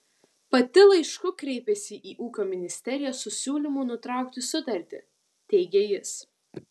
pati laišku kreipėsi į ūkio ministeriją su siūlymu nutraukti sutartį teigė jis